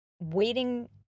waiting